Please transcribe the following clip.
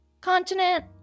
continent